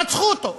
רצחו אותו.